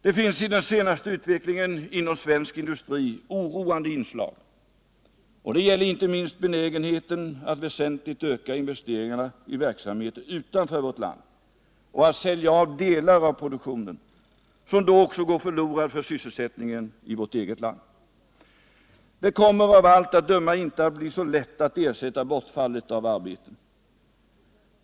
Det finns i den senaste utvecklingen inom svensk industri oroande inslag, och de gäller inte minst benägenheten att väsentligt öka investeringarna i verksamheter utanför vårt land och att sälja av delar av produktionen, som då också går förlorad för sysselsättningen i vårt eget land. Det kommer av allt att döma inte att bli så lätt att ersätta bortfallet av arbeten.